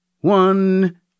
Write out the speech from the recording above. one